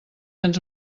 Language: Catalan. ens